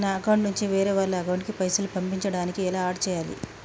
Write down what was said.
నా అకౌంట్ నుంచి వేరే వాళ్ల అకౌంట్ కి పైసలు పంపించడానికి ఎలా ఆడ్ చేయాలి?